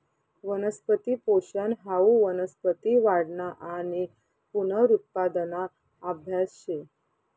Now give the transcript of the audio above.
वनस्पती पोषन हाऊ वनस्पती वाढना आणि पुनरुत्पादना आभ्यास शे